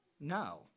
no